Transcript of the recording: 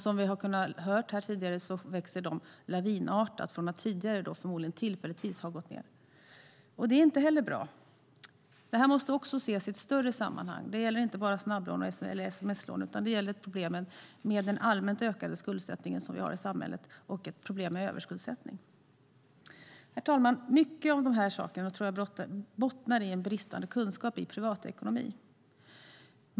Som vi har kunnat höra växer de lavinartat från att tidigare, troligen tillfälligtvis, ha gått ned. Det är inte heller bra. Detta måste också ses i ett större sammanhang. Det gäller inte bara snabblån eller sms-lån, utan det gäller problemen med den allmänt ökande skuldsättningen vi har i samhället och problem med överskuldsättning. Herr talman! Många av dessa saker tror jag bottnar i bristande kunskap i privatekonomi.